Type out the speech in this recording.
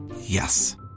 Yes